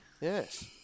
Yes